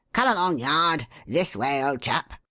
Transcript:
come along, yard this way, old chap!